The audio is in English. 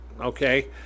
okay